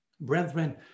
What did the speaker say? Brethren